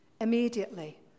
Immediately